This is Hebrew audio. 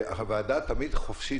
והוועדה תמיד חופשית,